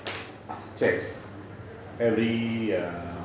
checks every err